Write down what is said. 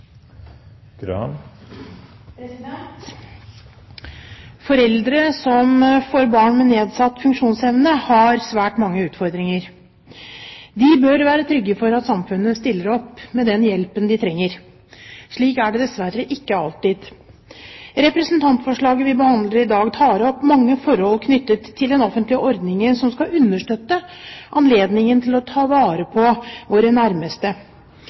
fort. Foreldre som får barn med nedsatt funksjonsevne, har svært mange utfordringer. De bør være trygge på at samfunnet stiller opp med den hjelpen de trenger. Slik er det dessverre ikke alltid. Representantforslaget vi behandler i dag, tar opp mange forhold knyttet til offentlige ordninger som skal understøtte anledningen til å ta vare på våre nærmeste.